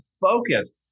focus